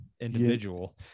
individual